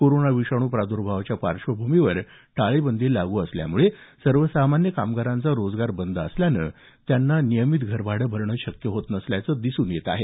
corona विषाणू प्राद्भार्वाच्या पार्श्वभूमीवर टाळेबंदी लागू असल्यामुळे सर्वसामान्य कामगारांचा रोजगार बंद असल्यानं त्यांना नियमित घरभाडे भरणं शक्य होत नसल्याचं दिसून येत आहे